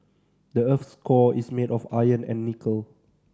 the earth's core is made of iron and nickel